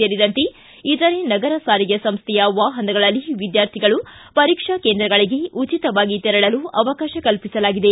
ಸೇರಿದಂತೆ ಇತರೆ ನಗರ ಸಾರಿಗೆ ಸಂಸ್ಥೆಯ ವಾಹನಗಳಲ್ಲಿ ವಿದ್ಯಾರ್ಥಿಗಳು ಪರೀಕ್ಷಾ ಕೇಂದ್ರಗಳಿಗೆ ಉಚಿತವಾಗಿ ತೆರಳಲು ಅವಕಾಶ ಕಲ್ಪಿಸಲಾಗಿದೆ